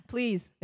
Please